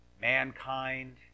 Mankind